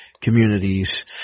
communities